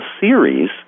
series